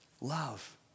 Love